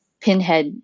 pinhead